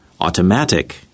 automatic